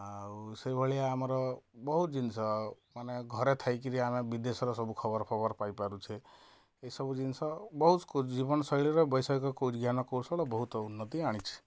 ଆଉ ସେଇଭଳିଆ ଆମର ବହୁତ ଜିନିଷ ମାନେ ଘରେ ଥାଇ କରି ଆମର ବିଦେଶର ସବୁ ଖବର ଫବର ପାଇପାରୁଛେ ଏସବୁ ଜିନିଷ ବହୁତ ଜୀବନଶୈଳୀର ବୈଷୟିକ ଜ୍ଞାନ କୌଶଳରେ ବହୁତ ଉନ୍ନତି ଆଣିଛି